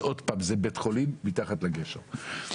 זה בית חולים מתחת לגשר.